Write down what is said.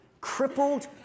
crippled